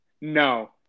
no